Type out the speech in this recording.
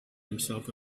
himself